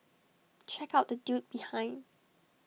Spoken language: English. check out the dude behind